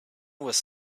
was